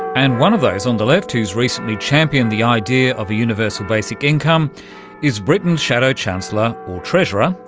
and one of those on the left who's recently championed the idea of a universal basic income is britain's shadow chancellor, or treasurer,